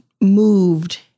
moved